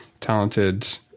talented